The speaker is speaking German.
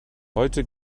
heute